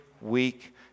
week